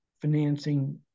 financing